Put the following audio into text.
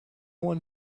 one